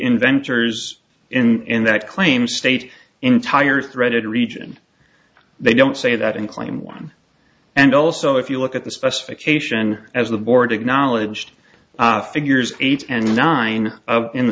inventors in that claim state entire threaded region they don't say that in claim one and also if you look at the specification as the board acknowledged figures eight and nine in the